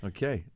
Okay